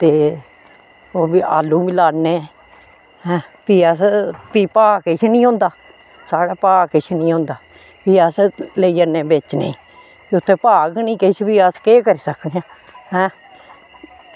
ते ओह्बी आलू बी लाने भी अस भाऽ किश निं होंदा साढ़े भाऽ किश निं होंदा भी अस लेई जन्ने बेचने ई इत्त भाव बी निं किश अस केह् करी सकने ऐं